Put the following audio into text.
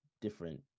different